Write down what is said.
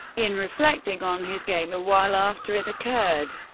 in reflecting on his game a while after it occurred,